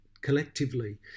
collectively